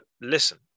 listen